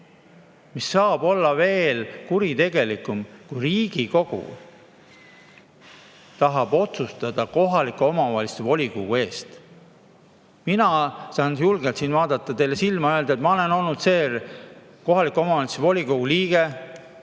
Mis saab olla veel kuritegelikum, kui [see, et] Riigikogu tahab otsustada kohaliku omavalitsuse volikogu eest? Mina saan julgelt vaadata teile silma ja öelda, et ma olen olnud see kohaliku omavalitsuse volikogu liige,